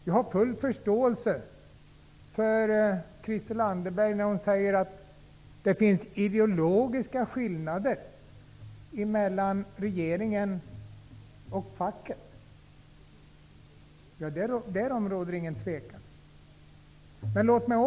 Jag har full förståelse för att det finns ideologiska skillnader mellan regeringen och facket. Därom råder ingen tvekan.